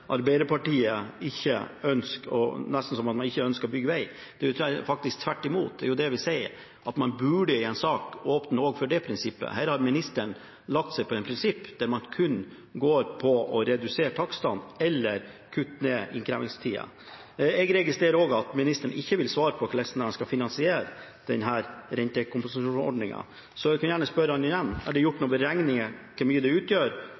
nesten er slik at Arbeiderpartiet ikke ønsker å bygge veg. Det er faktisk tvert imot, det er jo det vi sier – at man i en sak burde åpne også for det prinsippet. Her har ministeren fulgt et prinsipp der man kun går for å redusere takstene eller kutte ned på innkrevingstida. Jeg registrerer også at ministeren ikke vil svare på hvordan han skal finansiere denne rentekompensasjonsordningen, så jeg kan gjerne spørre ham igjen: Er det gjort noen beregninger på hvor mye dette utgjør